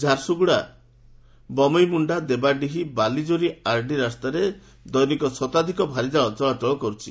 Jharsuguda Bameimunda Debadihi Baliyori RD ରାସ୍ତାରେ ଦୈନିକ ଶତାଧକ ଭାରିଯାନ ଚଳାଚଳ କରୁଛି